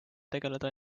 tegeleda